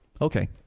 Okay